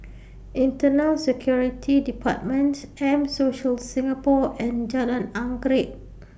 Internal Security department M Social Singapore and Jalan Anggerek